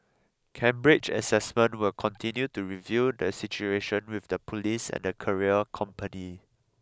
Cambridge Assessment will continue to review the situation with the police and the courier company